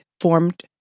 formed